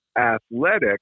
athletic